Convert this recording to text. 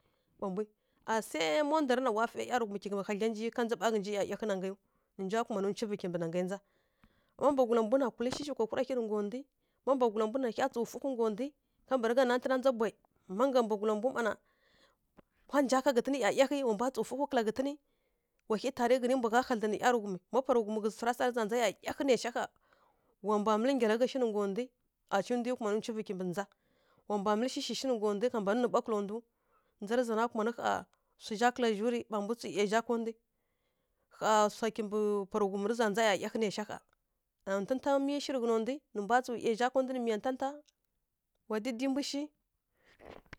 Pa mbwa asa ma ndar na wa fǝ ˈyaraghum kǝkwa hadlya nja ka nja mba ˈyayaghǝ nǝ gyǝw nǝ kuma nǝ cuvǝ kimɓǝ nǝ gyi nja ma mbwagula mbwa na kulǝ shǝshǝ kwa wur hyi nǝ ngga nda ma mbwagula mbwǝ na hya tsu fǝghǝw bargha ghǝtǝn bwhima ngga mbwagula mbwǝ ma na wa nja ghǝtǝn ˈyayaghǝ wa mbwa tsu fǝghǝw kala ghǝtǝn wa hyi tar ghǝtǝn mba gha hadlǝn nǝ ˈyaraghum ma pa ri ghum tǝ za mǝl ˈyayaghǝ nǝ wa mbwa mǝl gyǝlaghǝ shǝ nǝ ngga ndǝ wa mbwa mǝl shǝ nǝ ngga nda nja ri za na kuma nǝ ri swa za kǝl zǝra mba mbwa tsu ˈyaza ndǝ hya swa kirǝ pa ri ghum tǝ za nja hya wa tǝta miyǝ shǝ tǝ ghan ndǝ nǝ mbwa ˈyazagha nǝ miya tǝta wa dǝdǝ mbwǝ shǝ